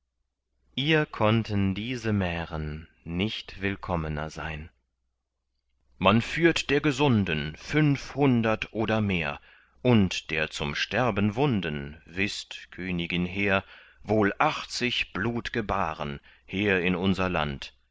ihr konnten diese mären nicht willkommener sein man führt der gesunden fünfhundert oder mehr und der zum sterben wunden wißt königin hehr wohl achtzig blutge bahren her in unser land